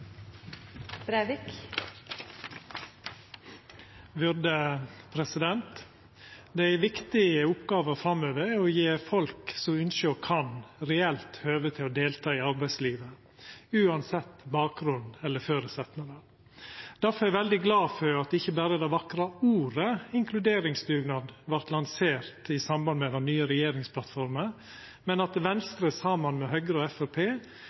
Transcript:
godt for samfunnet. Det er ei viktig oppgåve framover å gje folk som ønskjer og kan, reelt høve til å delta i arbeidslivet, uansett bakgrunn eller føresetnader. Difor er eg veldig glad for at det ikkje berre er det vakre ordet «inkluderingsdugnad» som vart lansert i samband med den nye regjeringsplattforma, men at Venstre, saman med Høgre og